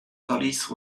police